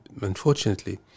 unfortunately